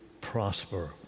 prosper